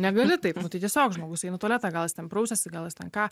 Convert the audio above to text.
negali taip tai tiesiog žmogus eina į tualetą gal jis ten prausiasi gal jis ten ką